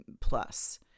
plus